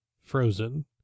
Frozen